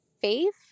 faith